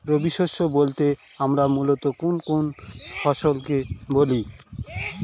রবি শস্য বলতে আমরা মূলত কোন কোন ফসল কে বলি?